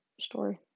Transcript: story